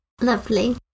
Lovely